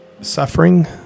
suffering